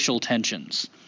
tensions